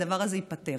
הדבר הזה ייפתר.